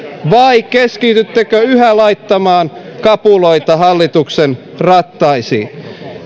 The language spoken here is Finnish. vai keskityttekö yhä laittamaan kapuloita hallituksen rattaisiin